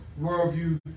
worldview